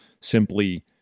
simply